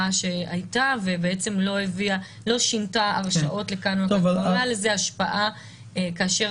שהייתה ובעצם לא שינתה הרשעות --- לזה השפעה כאשר